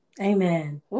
Amen